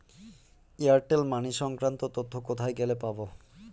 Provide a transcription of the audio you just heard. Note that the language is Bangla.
এয়ারটেল মানি সংক্রান্ত তথ্য কোথায় গেলে পাব?